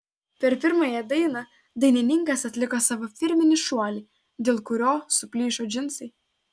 per pirmąją dainą dainininkas atliko savo firminį šuolį dėl kurio suplyšo džinsai